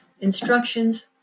Instructions